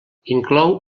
inclou